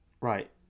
Right